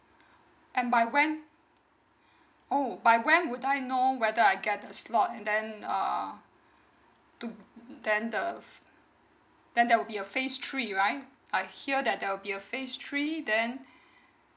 and by when oh by when would I know whether I get a slot and then err to then the then there will be a phase three right I hear that there will be a phase three then